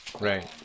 Right